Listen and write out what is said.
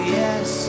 yes